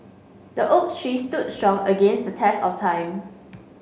the oak tree stood strong against the test of time